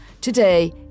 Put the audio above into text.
Today